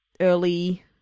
early